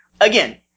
Again